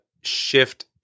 shift